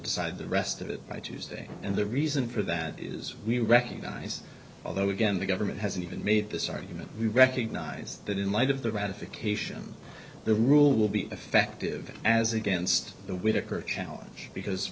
decide the rest of it by tuesday and the reason for that is we recognize although again the government hasn't even made this argument we recognize that in light of the ratification the rule will be effective as against the whittaker challenge because